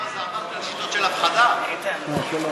ההסתייגויות (14) לחלופין ב' ג' של קבוצת